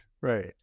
right